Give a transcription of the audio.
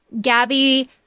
Gabby